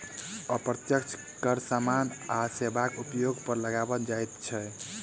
अप्रत्यक्ष कर सामान आ सेवाक उपयोग पर लगाओल जाइत छै